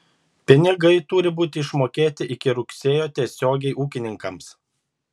pinigai turi būti išmokėti iki rugsėjo tiesiogiai ūkininkams